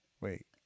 Wait